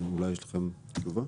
אולי יש לכם תשובה.